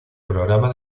programa